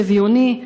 שוויוני,